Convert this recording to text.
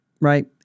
Right